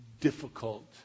difficult